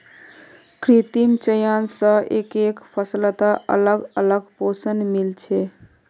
कृत्रिम चयन स एकके फसलत अलग अलग पोषण मिल छे